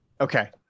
okay